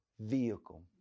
vehicle